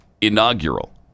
inaugural